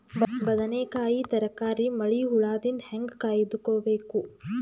ಬದನೆಕಾಯಿ ತರಕಾರಿ ಮಳಿ ಹುಳಾದಿಂದ ಹೇಂಗ ಕಾಯ್ದುಕೊಬೇಕು?